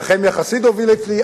נחמיה חסיד הוביל אצלי,